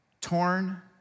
Torn